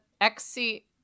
XC